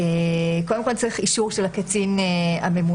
קודם כול צריך אישור של הקצין הממונה,